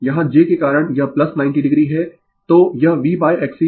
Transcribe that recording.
यहाँ j के कारण यह 90o है तो यह VXC 90o होगी